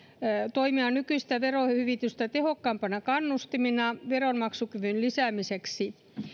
toimia nykyistä verohyvitystä tehokkaampana kannustimena veronmaksukyvyn lisäämiseksi